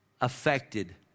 affected